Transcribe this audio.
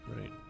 Right